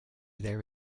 there